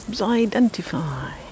identify